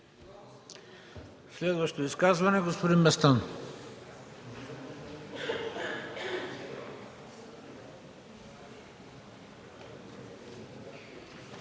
Следващо изказване – господин Местан.